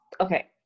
okay